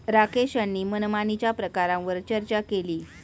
राकेश यांनी मनमानीच्या प्रकारांवर चर्चा केली